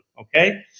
Okay